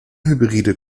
hybride